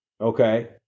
okay